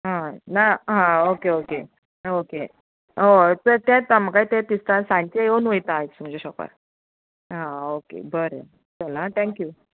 हय ना हय ओके ओके ओके हय तेंत म्हाकाय तेंच दिसता सांचे येवन वयता आयज तुमच्या शॉपार आं ओके बरें चल आं ठँक्यू